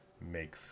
make